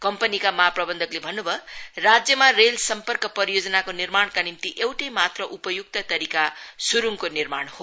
कम्पनीका महा प्रवन्धकले भन्नुभयो राज्यमा रेल सम्पर्क परियोजनाको निर्माणका निम्ति एउटै मात्र उपयुक्त तरीका सुरूङको निर्माण हो